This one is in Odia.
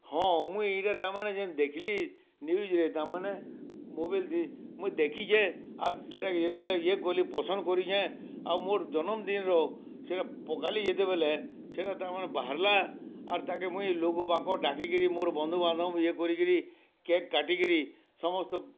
ହଁ ମୁଇଁ ଏଇଟା ତାମାନେ ଯେମିତି ଦେଖିଲି ନ୍ୟୁଜ୍ରେ ତାମାନେ ମୋବାଇଲ୍ତେ ମୁଁ ଦେଖିଛେ ଆଉ ଯେତେବେଳେ ଏ କଲିଁ ପସନ୍ଦ କରିଛେଁ ଆଉ ମୋର ଜନ୍ମ ଦିନ୍ର ସେ ପକାଲି ଯେତେବେଲେ ସେଇଟା ତାମାନେ ବାହାରିଲା ଆରେ ତାକେ ମୁଇଁ ଲୋକବାକ ଡାକି କି ମୋର ବନ୍ଧୁବାନ୍ଧବଙ୍କୁ ଇଏ କରି କି କେକ୍ କାଟି କିରି ସମସ୍ତ